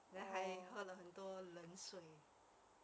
then 还喝了很多冷水